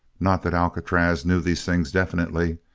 not that alcatraz knew these things definitely.